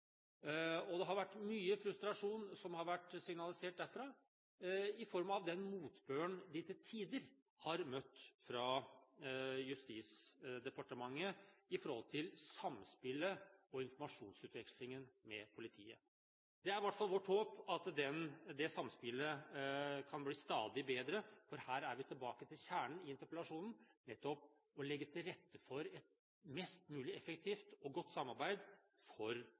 og det har vært mye frustrasjon som har vært signalisert derfra i form av den motbøren de til tider har møtt fra Justisdepartementet når det gjelder samspillet og informasjonsutvekslingen med politiet. Det er i hvert fall vårt håp at det samspillet kan bli stadig bedre, for her er vi tilbake til kjernen i interpellasjonen; nettopp å legge til rette for et mest mulig effektivt og godt samarbeid for